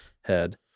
head